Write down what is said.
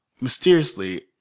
mysteriously